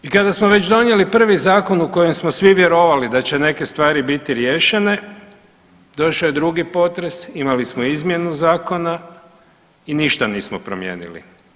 I kada smo već donijeli prvi zakon u kojem smo svi vjerovali da će neke stvari biti riješene došao je drugi potres, imali smo izmjenu zakona i ništa nismo promijenili.